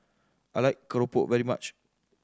I like keropok very much